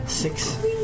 Six